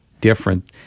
different